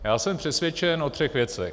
Já jsem přesvědčen o třech věcech.